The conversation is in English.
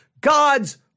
God's